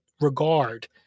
regard